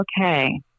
okay